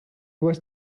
was